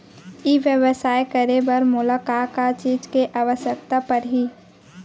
ई व्यवसाय करे बर मोला का का चीज के आवश्यकता परही?